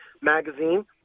magazine